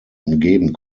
umgeben